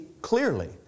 clearly